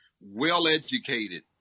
well-educated